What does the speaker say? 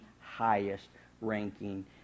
highest-ranking